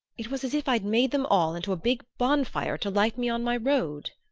it was as if i'd made them all into a big bonfire to light me on my road!